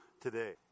today